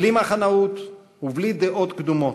בלי מחנאות ובלי דעות קדומות,